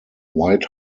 white